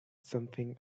something